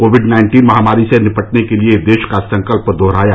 Covid nineteen महामारी से निपटने के लिए देश का संकल्प दोहराया